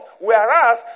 whereas